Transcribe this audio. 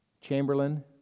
Chamberlain